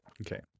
Okay